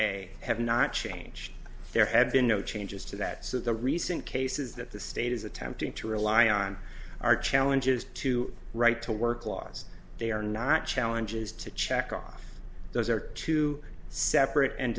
a have not changed there have been no changes to that so the recent cases that the state is attempting to rely on are challenges to right to work laws they are not challenges to check off those are two separate and